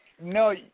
No